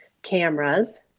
cameras